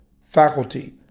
faculty